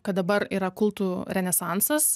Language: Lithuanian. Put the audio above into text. kad dabar yra kultų renesansas